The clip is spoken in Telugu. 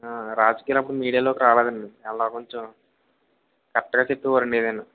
రాజకీయాలు అప్పుడు మీడియాలోకి రాలేదండి అలా కొంచం కరెక్ట్గా చెప్పేవారండి ఏదైనా